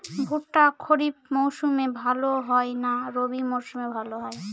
ভুট্টা খরিফ মৌসুমে ভাল হয় না রবি মৌসুমে ভাল হয়?